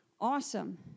awesome